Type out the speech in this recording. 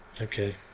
Okay